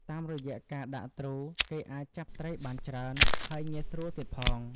តាមរយៈការដាក់ទ្រូ គេអាចចាប់ត្រីបានច្រើន ហើយងាយស្រួលទៀតផង។